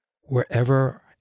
wherever